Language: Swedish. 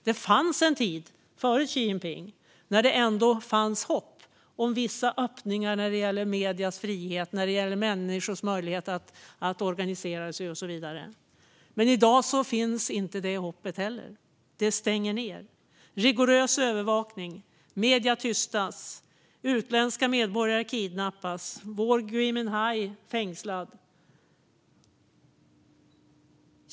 Det fanns en tid före Xi Jinping när det fanns hopp om vissa öppningar när det gällde mediers frihet, människors möjlighet att organisera sig och så vidare. Men i dag finns inte det hoppet. Man stänger ned med rigorös övervakning. Medier tystas. Utländska medborgare kidnappas. Vår Gui Minhai sitter fängslad.